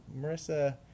Marissa